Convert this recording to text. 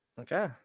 Okay